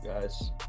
guys